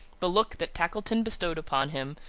the look that tackleton bestowed upon him,